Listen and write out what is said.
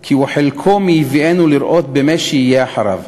כי הוא חלקו מי יביאנו לראות במֶה שיהיה אחריו".